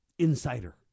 insider